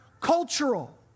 cultural